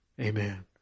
Amen